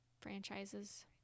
franchises